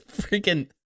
freaking